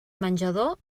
menjador